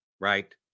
right